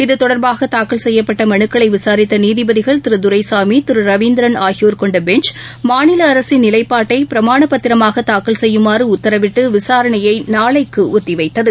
இதுதொடர்பாக தாக்கல் செய்யப்பட்ட மனுக்களை விசாரித்த நீதிபதிகள் திரு துரைசாமி திரு ரவீந்திரன் ஆகியோர் கொண்ட பெஞ்ச் மாநில அரசின் நிலைப்பாட்டை பிரமாணப் பத்திரமாக தாக்கல் செய்யுமாறு உத்தாவிட்டு விசாரணையை நாளைக்கு ஒத்திவைத்தது